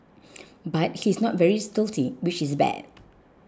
but he is not very stealthy which is bad